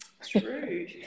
true